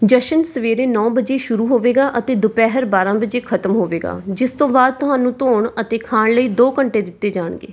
ਜਸ਼ਨ ਸਵੇਰੇ ਨੌਂ ਵਜੇ ਸ਼ੁਰੂ ਹੋਵੇਗਾ ਅਤੇ ਦੁਪਹਿਰ ਬਾਰ੍ਹਾਂ ਵਜੇ ਖਤਮ ਹੋਵੇਗਾ ਜਿਸ ਤੋਂ ਬਾਅਦ ਤੁਹਾਨੂੰ ਧੋਣ ਅਤੇ ਖਾਣ ਲਈ ਦੋ ਘੰਟੇ ਦਿੱਤੇ ਜਾਣਗੇ